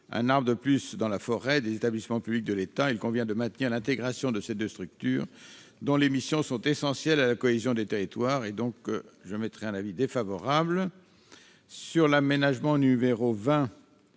un arbre de plus dans la forêt des établissements publics de l'État, il convient de maintenir l'intégration de ces deux structures, dont les missions sont essentielles à la cohésion des territoires. J'émets donc un avis défavorable. La commission est en